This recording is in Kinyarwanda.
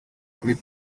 kuri